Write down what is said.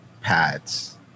pads